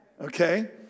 okay